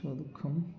स्वदुःखम्